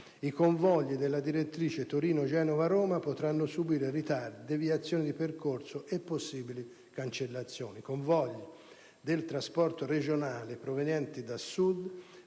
I convogli della direttrice Torino-Genova-Roma potranno subire ritardi, deviazioni di percorso e possibili cancellazioni. I convogli del trasporto regionale provenienti da Sud